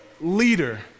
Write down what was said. leader